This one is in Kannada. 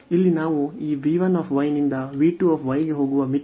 ಇಲ್ಲಿ ನಾವು ಈ v 1 ನಿಂದ v 2 ಗೆ ಹೋಗುವ ಮಿತಿ